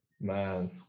Man